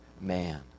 man